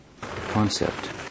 concept